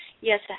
Yes